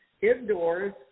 indoors